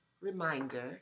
Reminder